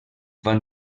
van